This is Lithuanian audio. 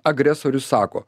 agresorius sako